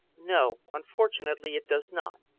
no, unfortunately it does not.